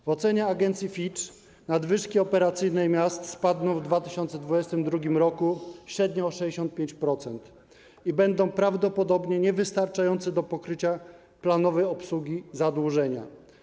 W ocenie agencji Fitch nadwyżki operacyjne miast spadną w 2022 r. średnio o 65% i będą prawdopodobnie niewystarczające do pokrycia planowej obsługi zadłużenia.